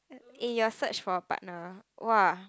eh your search for a partner !wah!